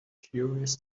curious